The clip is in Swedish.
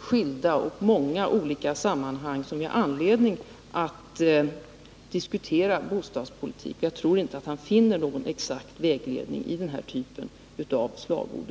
förvärv av hyresolika sammanhang då vi har anledning att diskutera bostadspolitik. Jag tror fastighet m.m. inte att han kan finna någon exakt vägledning i denna typ av slagord.